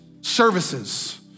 services